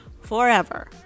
forever